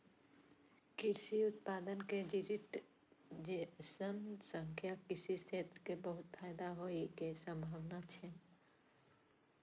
कृषि उत्पाद के डिजिटाइजेशन सं कृषि क्षेत्र कें बहुत फायदा होइ के संभावना छै